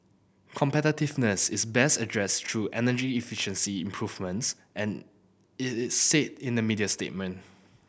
competitiveness is best addressed through energy efficiency improvements and it said in a media statement